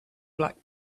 black